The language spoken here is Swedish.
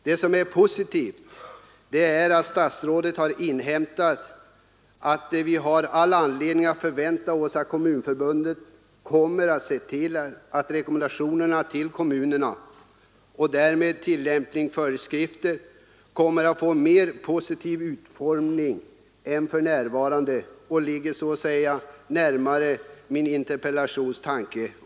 Det som är positivt är att statsrådet inhämtat att vi har all anledning att förvänta oss att Kommunförbundet kommer att se till, att rekommendationerna till kommunerna och därmed tillämpningsföreskrifterna skall få en mer positiv utformning än för närvarande och så att säga ligga närmare min interpellations syfte.